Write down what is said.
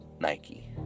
Nike